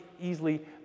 easily